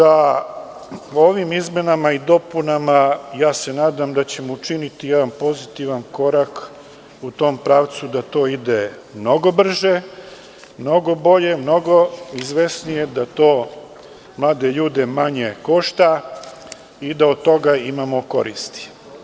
Naravno da ovim izmenama i dopunama se nadam da ćemo učiniti jedan pozitivan korak u tom pravcu da to ide mnogo brže, mnogo bolje, mnogo izvesnije, da to mlade ljude manje košta i da od toga imamo koristi.